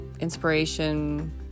inspiration